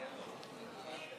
להצבעה.